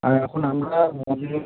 আর এখন আমরা মজুরি